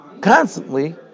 constantly